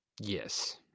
Yes